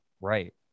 Right